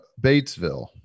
Batesville